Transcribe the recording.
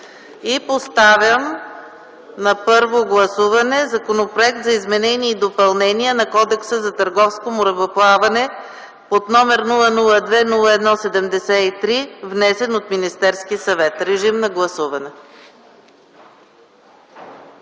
Поставям на първо гласуване Законопроект за изменение и допълнение на Кодекса за търговско мореплаване под № 002 01 73, внесен от Министерския съвет. Гласували